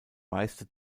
meiste